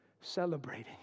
celebrating